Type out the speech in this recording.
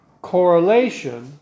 correlation